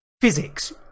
physics